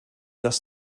das